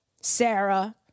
Sarah